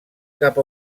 cap